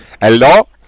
Hello